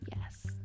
Yes